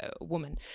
woman